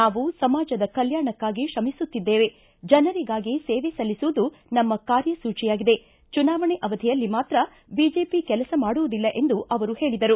ನಾವು ಸಮಾಜದ ಕಲ್ಯಾಣಕಾಗಿ ತ್ರಮಿಸುತ್ತಿದ್ದೇವೆ ಜನರಿಗಾಗಿ ಸೇವೆ ಸಲ್ಲಿಸುವುದು ನಮ್ನ ಕಾರ್ಯ ಸೂಚಿಯಾಗಿದೆ ಚುನಾವಣೆ ಅವಧಿಯಲ್ಲಿ ಮಾತ್ರ ಬಿಜೆಪಿ ಕೆಲಸ ಮಾಡುವುದಿಲ್ಲ ಎಂದು ಅವರು ಹೇಳಿದರು